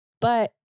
But-